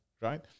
right